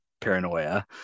paranoia